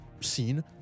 scene